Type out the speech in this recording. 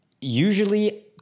Usually